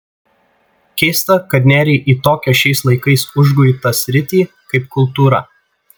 keista kad nėrei į tokią šiais laikais užguitą sritį kaip kultūra